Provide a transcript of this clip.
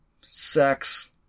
sex